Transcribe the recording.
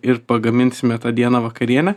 ir pagaminsime tą dieną vakarienę